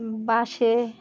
বাসে